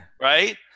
Right